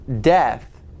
death